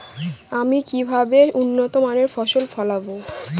আমি কিভাবে উন্নত মানের ফসল ফলাব?